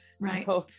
Right